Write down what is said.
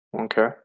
okay